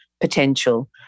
potential